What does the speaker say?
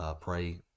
Pray